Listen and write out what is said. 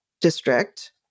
district